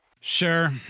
Sure